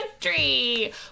country